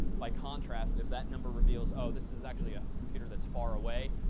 by contrast, if that number reveals, oh, this is actually a computer that's far away,